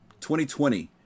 2020